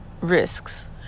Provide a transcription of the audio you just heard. risks